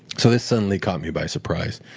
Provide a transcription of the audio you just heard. so this suddenly caught me by surprise.